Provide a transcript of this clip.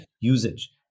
usage